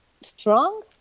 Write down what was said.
strong